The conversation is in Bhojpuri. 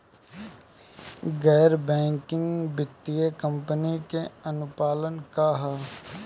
गैर बैंकिंग वित्तीय कंपनी के अनुपालन का ह?